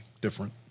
different